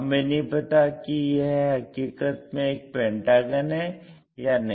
हमें नहीं पता कि यह हकीकत में एक पेंटागन है या नहीं